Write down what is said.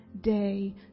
day